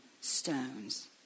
stones